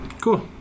Cool